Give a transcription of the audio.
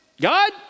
God